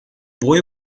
boy